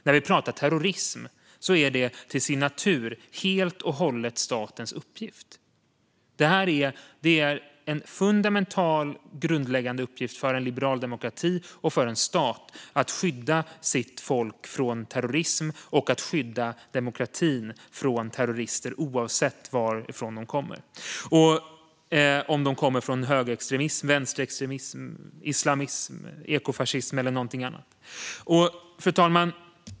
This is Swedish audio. Men terrorism är till sin natur helt och hållet statens uppgift. Det är en fundamental uppgift för en liberal demokrati och för en stat att skydda sitt folk från terrorism och att skydda demokratin från terrorister, oavsett varifrån de kommer - högerextremism, vänsterextremism, islamism, ekofascism eller någonting annat. Fru talman!